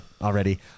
already